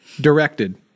directed